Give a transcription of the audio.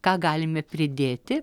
ką galime pridėti